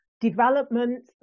development